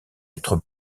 être